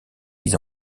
mis